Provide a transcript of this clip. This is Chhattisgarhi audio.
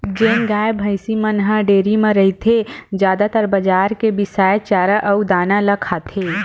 जेन गाय, भइसी मन ह डेयरी म रहिथे जादातर बजार के बिसाए चारा अउ दाना ल खाथे